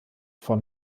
von